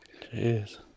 Jeez